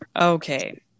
Okay